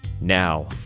Now